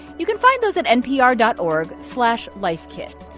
you can find those at npr dot org slash lifekit.